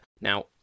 Now